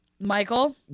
Michael